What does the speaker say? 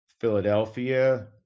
Philadelphia